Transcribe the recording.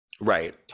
right